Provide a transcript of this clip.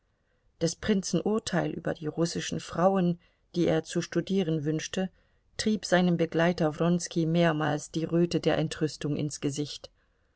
des prinzen urteil über die russischen frauen die er zu studieren wünschte trieb seinem begleiter wronski mehrmals die röte der entrüstung ins gesicht